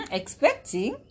expecting